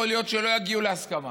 יכול להיות שלא יגיעו להסכמה,